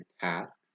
tasks